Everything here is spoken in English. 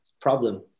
problem